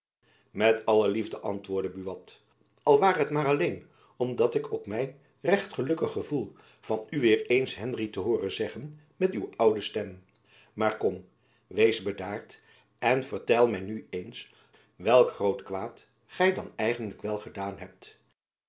met alle liefde antwoordde buat al ware het maar alleen omdat ik ook my recht gelukkig gevoel van u weêr eens henry te hooren zeggen met uw oude stem maar kom wees bedaard en vertel my nu eens wat groot kwaad gy dan eigenlijk wel gedaan hebt